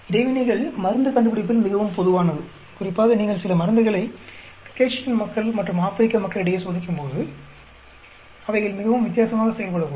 இடைவினைகள் மருந்து கண்டுபிடிப்பில் மிகவும் பொதுவானது குறிப்பாக நீங்கள் சில மருந்துகளை காகசியன் மக்கள் மற்றும் ஆப்பிரிக்க மக்களிடையே சோதிக்கும்போது அவைகள் மிகவும் வித்தியாசமாக செயல்படக்கூடும்